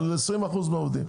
אבל 20% מהעובדים.